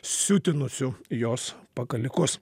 siutinusiu jos pakalikus